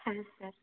হ্যাঁ স্যার